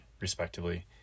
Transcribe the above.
respectively